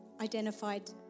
identified